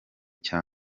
cya